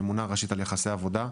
הממונה הראשית על יחסי עבודה.